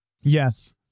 Yes